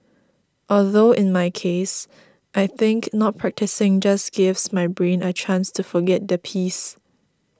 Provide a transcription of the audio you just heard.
although in my case I think not practising just gives my brain a chance to forget the piece